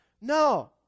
No